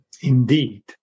indeed